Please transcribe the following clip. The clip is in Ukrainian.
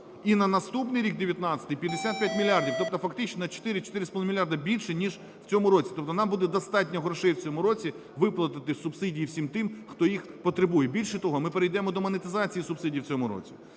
і на наступний рік, 19-й, 55 мільярдів, тобто фактично на 4-4,5 мільярда більше, ніж в цьому році. Тобто нам буде достатньо грошей в цьому році виплатити субсидії всім ти, хто їх потребує. Більше того, ми перейдемо до монетизації субсидій в цьому році.